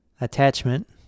attachment